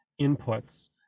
inputs